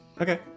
Okay